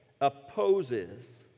opposes